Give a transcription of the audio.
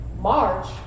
march